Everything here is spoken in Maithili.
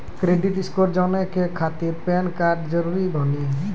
क्रेडिट स्कोर जाने के खातिर पैन कार्ड जरूरी बानी?